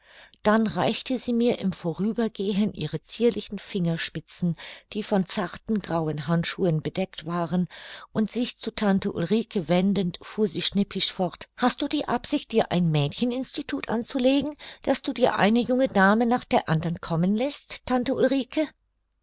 dann reichte sie mir im vorübergehen ihre zierlichen fingerspitzen die von zarten grauen handschuhen bedeckt waren und sich zu tante ulrike wendend fuhr sie schnippisch fort hast du die absicht dir ein mädcheninstitut anzulegen daß du dir eine junge dame nach der andern kommen läßt tante ulrike